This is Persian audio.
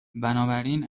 بنابراین